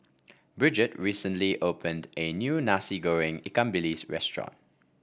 Bridget recently opened a new Nasi Goreng Ikan Bilis restaurant